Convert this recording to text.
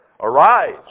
Arise